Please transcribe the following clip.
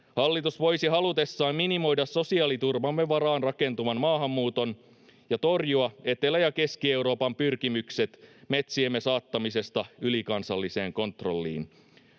Hallitus voisi halutessaan minimoida sosiaaliturvamme varaan rakentuvan maahanmuuton ja torjua Etelä‑ ja Keski-Euroopan pyrkimykset metsiemme saattamisesta ylikansalliseen kontrolliin.